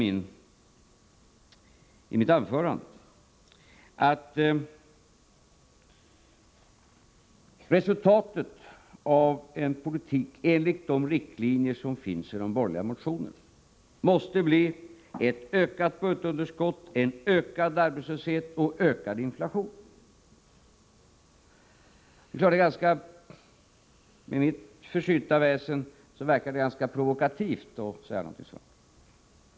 Jag sade i mitt anförande att resultatet av en politik enligt de riktlinjer som finns i de borgerliga motionerna måste bli ökat budgetunderskott, ökad arbetslöshet och ökad inflation. Trots mitt försynta väsen borde det synas ganska provokativt att säga något sådant.